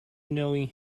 knowing